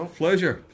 pleasure